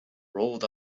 rolled